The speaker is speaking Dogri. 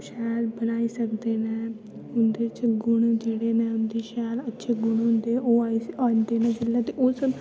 शैल बनाई सकदे न उं'दे च गुण जेह्ड़े न उं'दे शैल अच्छे गुण होंदे ओह् आई औंदे न जिसलै ते ओह् सानूं